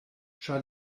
ĉar